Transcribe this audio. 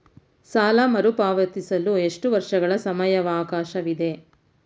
ಸಾಲ ಮರುಪಾವತಿಸಲು ಎಷ್ಟು ವರ್ಷಗಳ ಸಮಯಾವಕಾಶವಿದೆ?